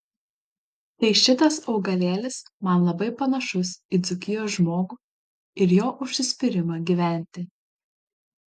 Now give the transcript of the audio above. tai šitas augalėlis man labai panašus į dzūkijos žmogų ir jo užsispyrimą gyventi